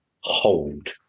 hold